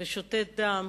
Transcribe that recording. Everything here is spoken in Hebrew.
ושותת דם